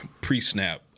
pre-snap